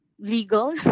legal